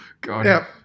God